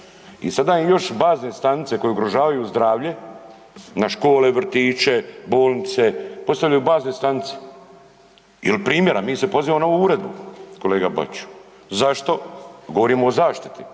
I sada im još bazne stanice koje ugrožavaju zdravlje, na škole, vrtiće, bolnice, postavljaju bazne stanice. Ili primjera mi se pozivamo na ovu uredbu, kolega Bačiću, zašto govorimo o zaštiti,